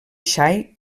xai